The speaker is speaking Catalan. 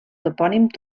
topònim